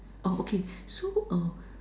uh okay so err